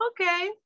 Okay